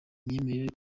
myemerere